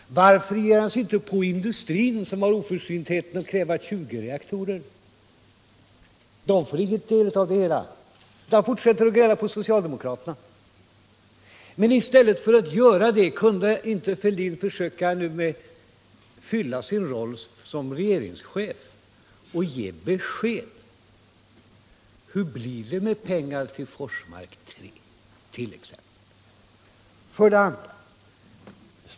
Varför ger han sig inte på industrin, som har oförsyntheten att kräva 20 reaktorer? De får ingen del av skället, utan herr Fälldin fortsätter att gräla på socialdemokraterna. Kunde inte herr Fälldin försöka fylla sin roll som regeringschef i stället och ge besked? Hur blir det med pengar till Forsmark 3?